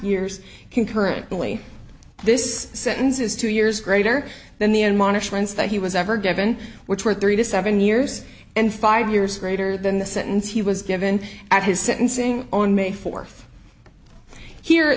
years concurrently this sentence is two years greater than the monish months that he was ever given which were three to seven years and five years greater than the sentence he was given at his sentencing on may fourth here